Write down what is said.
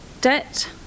Debt